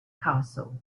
castle